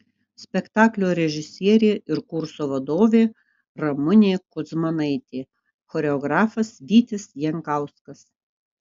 spektaklio režisierė ir kurso vadovė ramunė kudzmanaitė choreografas vytis jankauskas